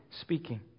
speaking